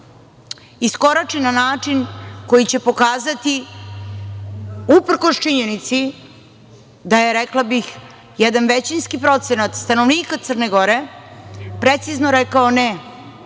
iskorači na način koji će pokazati uprkos činjenici da je rekla bih jedan većinski procenat stanovnika Crne Gore precizno rekao –